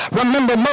remember